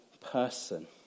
person